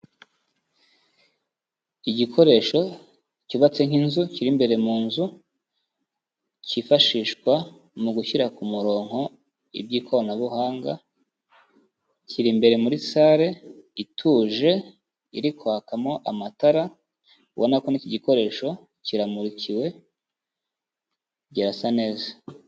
Igikoresho cyubatse nk'inzu kiri imbere mu nzu kifashishwa mu gushyira ku murongo iby'ikoranabuhanga, kiri imbere muri salle ituje iri kwakamo amatara ubona ko ni iki gikoresho kiramurikiwe birasa neza.